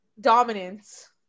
Dominance